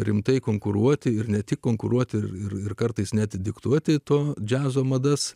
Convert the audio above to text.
rimtai konkuruoti ir ne tik konkuruoti ir kartais net diktuoti to džiazo madas